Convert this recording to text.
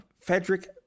Frederick